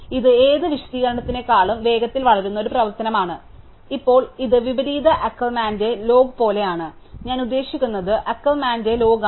അതിനാൽ ഇത് ഏത് വിശദീകരണത്തേക്കാളും വേഗത്തിൽ വളരുന്ന ഒരു പ്രവർത്തനമാണ് ഇപ്പോൾ ഇത് വിപരീത അക്കർമാന്റെ ലോഗ് പോലെയാണ് ഞാൻ ഉദ്ദേശിക്കുന്നത് അക്കർമാന്റെ ലോഗാണ്